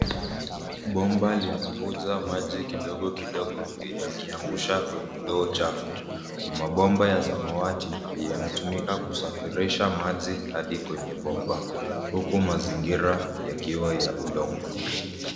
Bomba lina vuja maji kidogo kidogo yakiangusha kwenye ndoo chafu. Mabomba ya samawati yanatumika kusafirisha maji hadi kwenye bomba huku mazingira yakiwa ya udongo.